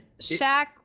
Shaq